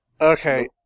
Okay